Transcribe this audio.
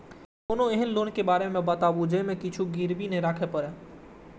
कोनो एहन लोन के बारे मे बताबु जे मे किछ गीरबी नय राखे परे?